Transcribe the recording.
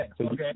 Okay